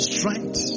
Strength